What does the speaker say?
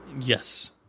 Yes